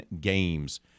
games